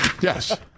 Yes